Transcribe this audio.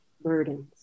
burdens